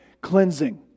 cleansing